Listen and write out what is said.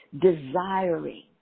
desiring